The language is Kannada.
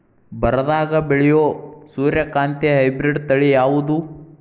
ಬರದಾಗ ಬೆಳೆಯೋ ಸೂರ್ಯಕಾಂತಿ ಹೈಬ್ರಿಡ್ ತಳಿ ಯಾವುದು?